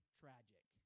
tragic